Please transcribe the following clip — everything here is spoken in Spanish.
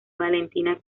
valentina